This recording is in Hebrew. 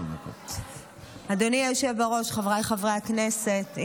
של חבר הכנסת בועז ביסמוט,